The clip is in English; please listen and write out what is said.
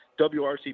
WRC